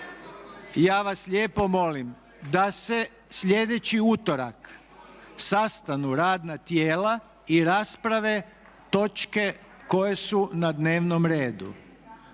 Ja vas lijepo molim da se sljedeći utorak sastanu radna tijela i rasprave točke koje su na dnevnom redu